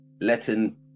Letting